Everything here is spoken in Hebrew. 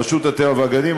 רשות הטבע והגנים,